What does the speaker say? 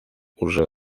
уже